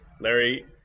Larry